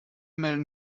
melden